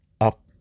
up